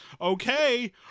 okay